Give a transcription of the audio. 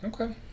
Okay